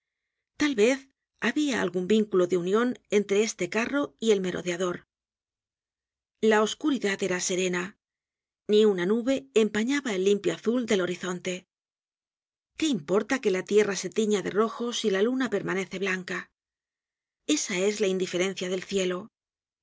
tal vez habia algun vínculo de union entre este carro y el merodeador content from google book search generated at la oscuridad era serena ni una nube empañaba el limpio azul del horizonte qué importa que la tierra se tiña de rojo si la luna permanece blanca esa es la indiferencia del cielo